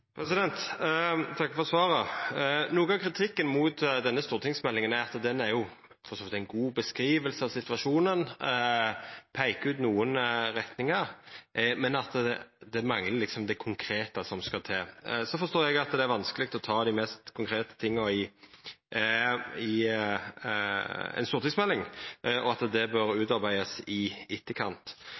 takkar for svaret. Noko av kritikken mot denne stortingsmeldinga er at sjølv om ho for så vidt gjev ei god beskriving av situasjonen og peiker ut nokre retningar, manglar ho liksom det konkrete som skal til. Så forstår eg at det er vanskeleg å ta dei mest konkrete tinga i ei stortingsmelding, og at det bør utarbeidast i etterkant.